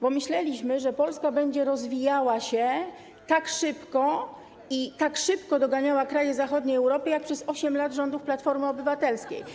Bo myśleliśmy, że Polska będzie rozwijała się tak szybko i tak szybko doganiała kraje Europy Zachodniej jak przez 8 lat rządów Platformy Obywatelskiej.